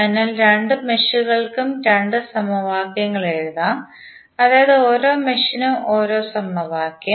അതിനാൽ രണ്ട് മെഷുകൾക്കും രണ്ട് സമവാക്യങ്ങൾ എഴുതാം അതായത് ഓരോ മെഷ് നും ഓരോ സമവാക്യം